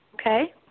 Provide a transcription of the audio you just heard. Okay